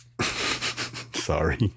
Sorry